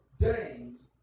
days